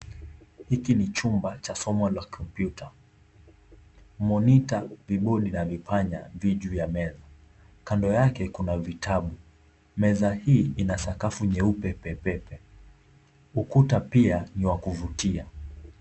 Hiki ni chumba cha somo la kompyuta. Monita, vibodi na vipanya vi juu ya meza. Kando yake kuna vitabu. Meza hii ina sakafu nyeupe pepepe. Ukuta pia ni wa kuvutia.